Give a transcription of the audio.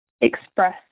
express